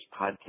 podcast